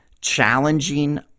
challenging